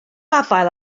afael